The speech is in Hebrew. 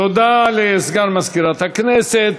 תודה לסגן מזכירת הכנסת.